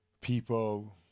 people